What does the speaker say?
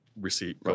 receipt